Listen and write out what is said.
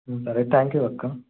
సరే thank you అక్క